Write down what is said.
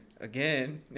again